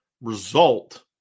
result